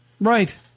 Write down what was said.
Right